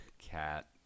cat